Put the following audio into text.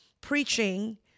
preaching